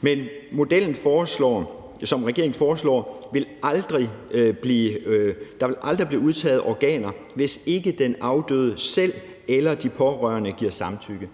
Men med den model, som regeringen foreslår, vil der aldrig blive udtaget organer, hvis ikke den afdøde selv eller de pårørende giver samtykke.